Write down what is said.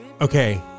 Okay